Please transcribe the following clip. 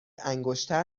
انگشتر